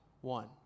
one